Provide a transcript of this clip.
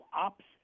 ops